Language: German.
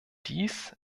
dies